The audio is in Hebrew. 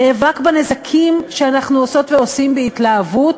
נאבקים בנזקים שאנחנו עושות ועושים בהתלהבות